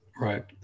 right